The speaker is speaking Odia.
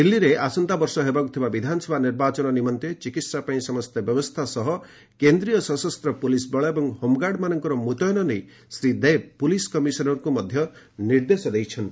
ଦିଲ୍ଲୀରେ ଆସନ୍ତା ବର୍ଷ ହେବାକୁ ଥିବା ବିଧାନସଭା ନିର୍ବାଚନ ନିମନ୍ତେ ଚିକିତ୍ସା ପାଇଁ ସମସ୍ତ ବ୍ୟବସ୍ଥା ସହ କେନ୍ଦ୍ରୀୟ ସଶସ୍ତ ପୁଲିସ୍ ବଳ ଏବଂ ହୋମ୍ଗାର୍ଡମାନଙ୍କର ମୁତ୍ୟନ ନେଇ ଶ୍ରୀ ଦେବ ପୁଲିସ୍ କମିଶନରଙ୍କୁ ମଧ୍ୟ ନିର୍ଦ୍ଦେଶ ଦେଇଛନ୍ତି